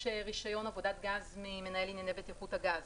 רישיון עבודת גז ממנהל ענייני בטיחות הגז.